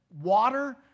water